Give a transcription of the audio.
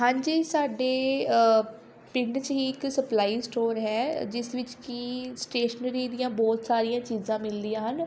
ਹਾਂਜੀ ਸਾਡੇ ਪਿੰਡ 'ਚ ਹੀ ਇੱਕ ਸਪਲਾਈ ਸਟੋਰ ਹੈ ਜਿਸ ਵਿੱਚ ਕਿ ਸਟੇਸ਼ਨਰੀ ਦੀਆਂ ਬਹੁਤ ਸਾਰੀਆਂ ਚੀਜ਼ਾਂ ਮਿਲਦੀਆਂ ਹਨ